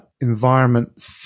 environment